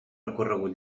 recorregut